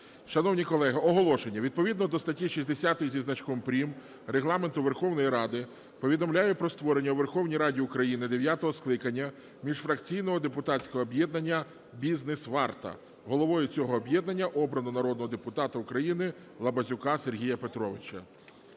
Шановні колеги, оголошення. Відповідно до статті 60 зі значком "прим." Регламенту Верховної Ради повідомляю про створення у Верховній Раді України дев'ятого скликання міжфракційного депутатського об'єднання "Бізнес-Варта". Головою цього об'єднання обрано народного депутата України Лабазюка Сергія Петровича.